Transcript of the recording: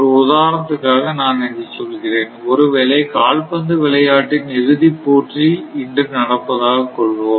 ஒரு உதாரணத்துக்காக நான் இதைச் சொல்கிறேன் ஒருவேளை கால்பந்து விளையாட்டின் இறுதிப்போட்டி இன்று நடப்பதாக கொள்வோம்